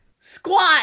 squat